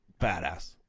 Badass